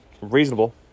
reasonable